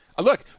Look